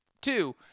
two